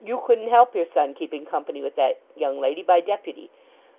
you couldn't help your son keeping company with that young lady by deputy